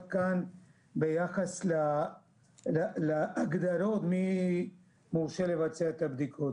כאן ביחס להגדרות מי מורשה לבצע את הבדיקות.